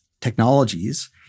technologies